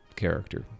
Character